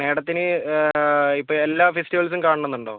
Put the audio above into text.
മേഡത്തിന് ഇപ്പോൾ എല്ലാ ഫെസ്റ്റിവെൽസും കാണണമെന്നുണ്ടോ